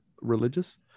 religious